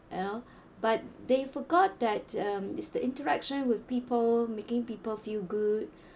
you know but they forgot that um it's the interaction with people making people feel good